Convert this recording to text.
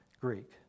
Greek